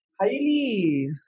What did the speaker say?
highly